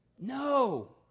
No